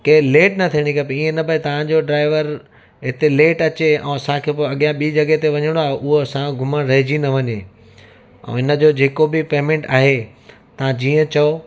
की लेट न थियणी खपे ईअं न भई तव्हांजो ड्राइवर हिते लेट अचे ऐं असांखे पोइ अॻियां ॿी जॻह ते वञीणो आहे त उहो असांजो घुमणु रहिजी न वञे ऐं हिन जो जेको बि पेमैंट आहे तव्हां जीअं चओ